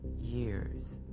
years